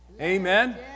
amen